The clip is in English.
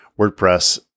WordPress